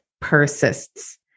persists